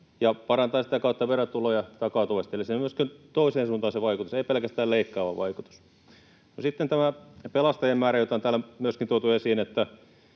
ja parantaa sitä kautta verotuloja takautuvasti. Eli se on myöskin toiseen suuntaan se vaikutus, ei pelkästään leikkaava vaikutus. Sitten tämä pelastajien määrä, josta on täällä myöskin tuotu esiin,